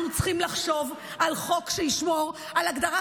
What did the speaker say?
אנחנו צריכים לחשוב על חוק שישמור על הגדרת